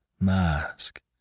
mask